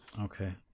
Okay